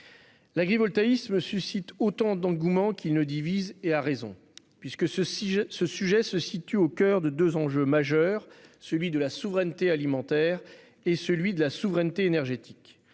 L'agrivoltaïsme suscite autant d'engouement que de divisions, à raison. Le sujet se situe en effet au coeur de deux enjeux majeurs, celui de la souveraineté alimentaire et celui de la souveraineté énergétique.